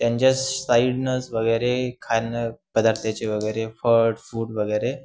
त्यांच्या साईडनंच वगैरे खाणं पदार्थाचे वगैरे फळ फूड वगैरे